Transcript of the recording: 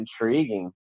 intriguing